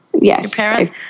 Yes